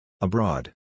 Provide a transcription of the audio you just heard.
Abroad